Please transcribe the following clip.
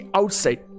outside